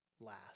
last